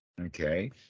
Okay